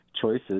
choices